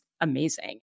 amazing